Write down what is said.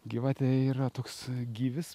gyvatė yra toks gyvis